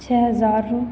छ हज़ार